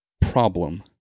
problem